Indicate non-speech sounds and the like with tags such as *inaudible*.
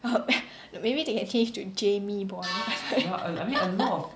*laughs* maybe they can change to Jamie Bond *laughs*